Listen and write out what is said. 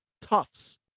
Tufts